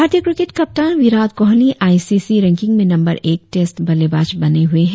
भारतीय क्रिकेट कप्तान Virat Kohli ICC ranking में नंबर एक टेस्ट बल्लेबाज बने हुए हैं